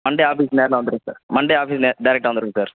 Monday ஆஃபீஸுக்கு நேரில் வந்துடுங்க சார் மண்டே ஆஃபீஸ் நே டேரெக்டாக வந்துடுங்க சார்